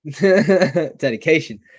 Dedication